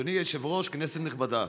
אדוני היושב-ראש, כנסת נכבדה,